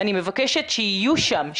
אני מבקשת שיהיו שם,